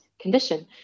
condition